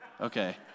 okay